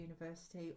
university